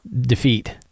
defeat